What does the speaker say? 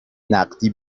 نقدی